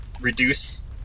reduce